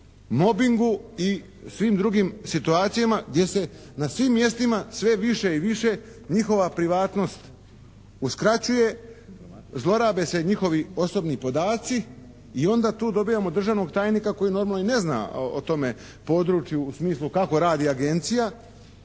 mobingu i svim drugim situacijama gdje se na svim mjestima sve više i više njihova privatnost uskraćuje, zlorabe se njihovi osobni podaci i onda tu dobijamo državnog tajnika koji normalno i ne zna o tome području u smislu kako radi agencija.